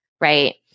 Right